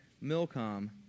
Milcom